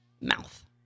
mouth